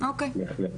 בהחלט.